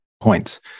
points